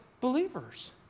believers